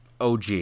OG